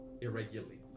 irregularly